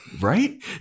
right